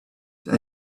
that